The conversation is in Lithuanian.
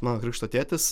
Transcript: mano krikšto tėtis